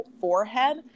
forehead